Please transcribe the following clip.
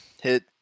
hit